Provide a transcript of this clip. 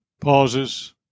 pauses